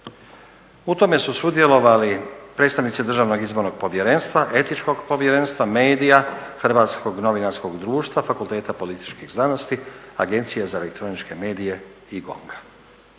U tome su sudjelovali predstavnici Državnog izbornog povjerenstva, etičkog povjerenstva medija, Hrvatskog novinarskog društva, Fakulteta političkih znanosti, Agencija za elektroničke medije i GONG-a.